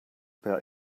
per